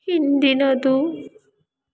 ಹಿಂದಿನದು